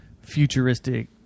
Futuristic